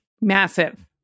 Massive